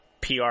PR